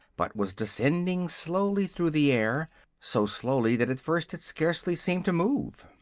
but was descending slowly through the air so slowly that at first it scarcely seemed to move.